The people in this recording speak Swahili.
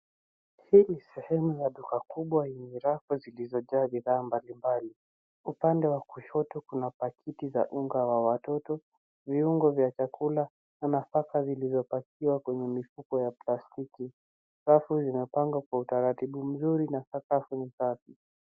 Hii ni sehemu ya duka kubwa yenye rafu zilizojaa bidhaa mbali mbali. Upande wa kushoto kuna pakiti za unga ya watoto, viungo vya chakula na nafaka zilizopakiwa kwenye mifuko ya plastiki ambavyo vimepangwa kwa utaratibu mzuri na sakafu ni safi.